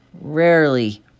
rarely